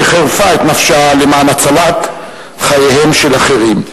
שחירפה את נפשה למען הצלת חייהם של אחרים.